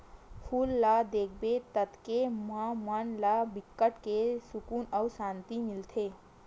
फूल ल देखबे ततके म मन ला बिकट के सुकुन अउ सांति मिलथे